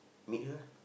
meet her lah